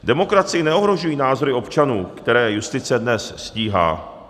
Demokracii neohrožují názory občanů, které justice dnes stíhá.